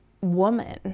woman